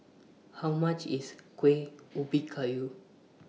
How much IS Kueh Ubi Kayu